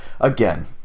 again